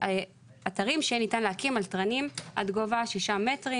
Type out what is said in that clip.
ואתרים שניתן להקים על תרנים עד גובה שישה מטרים.